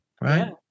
Right